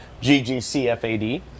G-G-C-F-A-D